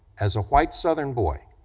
as a white southern boy,